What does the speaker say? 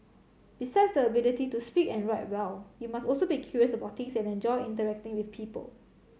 besides the ability to speak and write well you must also be curious about things and enjoy interacting with people